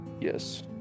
Yes